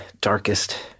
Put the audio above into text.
darkest